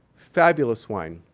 fabulous wine.